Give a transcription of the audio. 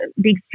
big